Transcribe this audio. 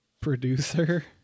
producer